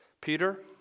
Peter